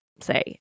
say